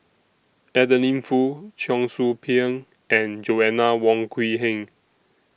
Adeline Foo Cheong Soo Pieng and Joanna Wong Quee Heng